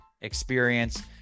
experience